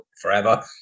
forever